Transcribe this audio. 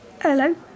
Hello